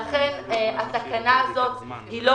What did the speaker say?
לכן ההצעה הזאת חשובה לא